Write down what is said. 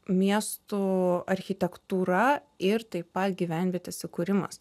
miestų architektūra ir taip pat gyvenvietės įkūrimas